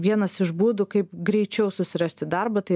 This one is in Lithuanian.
vienas iš būdų kaip greičiau susirasti darbą tai